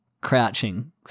crouching